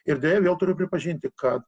ir deja vėl turiu pripažinti kad